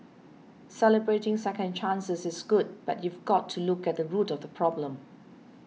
celebrating second chances is good but you've got to look at the root of the problem